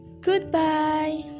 Goodbye